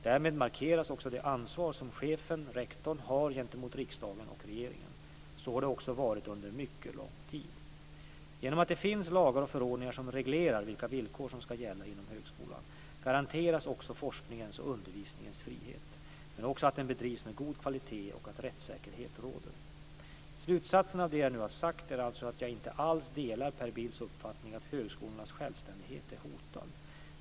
Därmed markeras också det ansvar som chefen eller rektorn har gentemot riksdagen och regeringen. Så har det också varit under en mycket lång tid. Genom att det finns lagar och förordningar som reglerar vilka villkor som ska gälla inom högskolan garanteras också forskningens och undervisningens frihet, men också att den bedrivs med god kvalitet och att rättssäkerhet råder. Slutsatsen av det jag nu har sagt är alltså att jag inte alls delar Per Bills uppfattning att högskolornas självständighet är hotad.